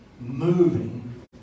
moving